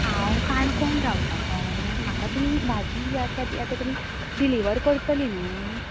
हांव कोणकोण रावतां कळ्ळे म्हाका तुमी भाजी जी आसा आता तुमी डिलवर करतली नूं